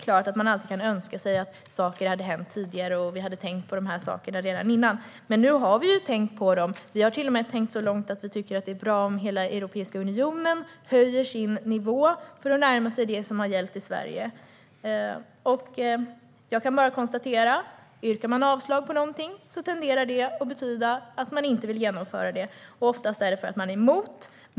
Man kan alltid önska sig att saker hade hänt tidigare och att vi hade tänkt på dessa saker tidigare, men nu har vi tänkt på dem. Vi har till och med tänkt så långt att vi tycker att det är bra om hela Europeiska unionen höjer sin nivå för att närma sig det som har gällt i Sverige. Yrkar man avslag på något tenderar det att betyda att man inte vill genomföra det. Oftast är det för att man är emot.